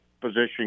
position